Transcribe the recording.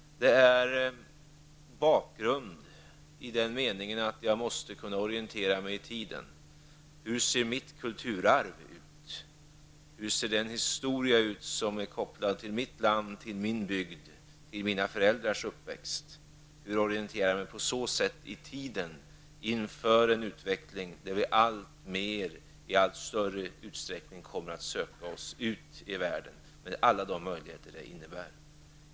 Det är bakgrunden, i den meningen att jag måste kunna orientera mig i tiden. Hur ser mitt kulturarv ut? Hur ser den historia ut som är kopplad till mitt land, till min bygd, till mina föräldrars uppväxt? Hur orienterar jag mig på så sätt i tiden inför en utveckling där vi i allt större utsträckning kommer att söka oss ut i världen, med alla möjligheter det innebär?